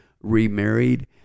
remarried